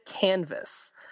canvas